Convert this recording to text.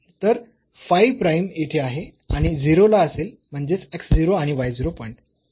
तर फाय प्राईम येथे आहे आणि 0 ला असेल म्हणजेच x 0 आणि y 0 पॉईंट